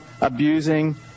abusing